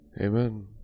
Amen